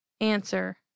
Answer